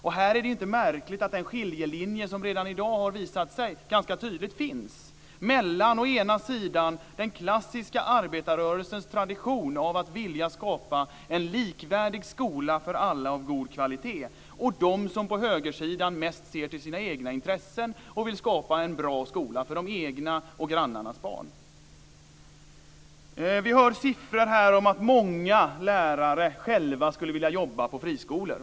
Det är inte märkligt att den skiljelinje, som redan i dag har visat sig ganska tydligt, finns mellan å ena sidan den klassiska arbetarrörelsens tradition av att vilja skapa en likvärdig skola för alla av goda kvalitet, å andra sidan de som på högersidan mest ser till sina egna intressen och vill skapa en bra skola för de egna och för grannarnas barn. Vi hör här siffror om att många lärare själva skulle vilja jobba på friskolor.